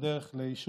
בדרך לאישור,